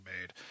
made